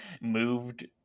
moved